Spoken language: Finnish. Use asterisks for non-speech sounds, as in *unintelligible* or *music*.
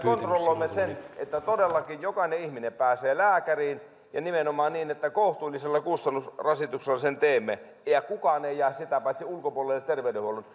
kontrolloimme sen että todellakin jokainen ihminen pääsee lääkäriin ja nimenomaan niin että kohtuullisella kustannusrasituksella sen teemme ja ja kukaan ei jää sitä paitsi terveydenhuollon *unintelligible*